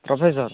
professor